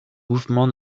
mouvement